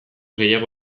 gehiago